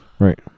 Right